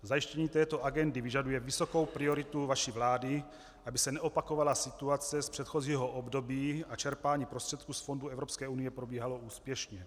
Zajištění této agendy vyžaduje vysokou prioritu vaší vlády, aby se neopakovala situace z předchozího období a čerpání prostředků z fondů Evropské unie probíhalo úspěšně.